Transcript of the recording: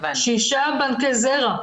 שישה בנקי זרע,